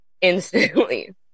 Instantly